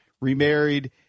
remarried